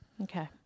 Okay